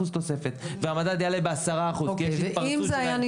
תוספת ואם הוא יעלה בכ-10% אותו הדבר.